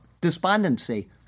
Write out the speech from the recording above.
despondency